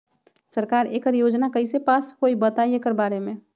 सरकार एकड़ योजना कईसे पास होई बताई एकर बारे मे?